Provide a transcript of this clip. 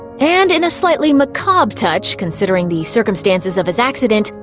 and, in a slightly macabre touch considering the circumstances of his accident,